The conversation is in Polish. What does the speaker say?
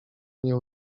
nie